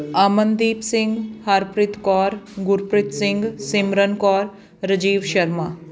Amandeep Singh Harpreet Kaur Gurpreet Singh Simran Kaur Rajeev Sharma